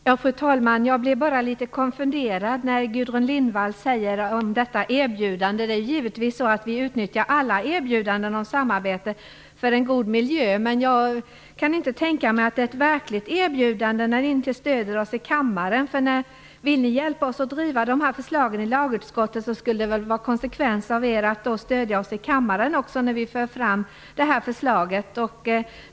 Fru talman! Jag blir litet konfunderad över det Gudrun Lindvall säger om erbjudandet. Givetvis utnyttjar vi alla erbjudanden om samarbete för en god miljö. Men jag kan inte tänka mig att det är ett verkligt erbjudande när ni inte stöder oss i kammaren. Vill ni hjälpa oss att driva igenom förslagen i lagutskottet skulle det vara konsekvent av er att stödja oss i kammaren när vi för fram förslagen.